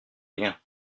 rien